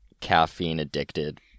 caffeine-addicted